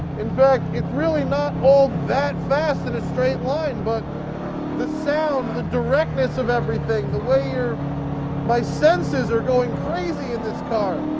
in fact, it's really not all that fast in a straight line. but the sound, the directness of everything, the way your my senses are going crazy in this car.